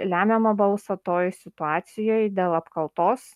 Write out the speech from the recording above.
lemiamą balsą toj situacijoj dėl apkaltos